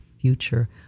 future